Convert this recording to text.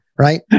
Right